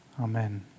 Amen